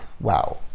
Wow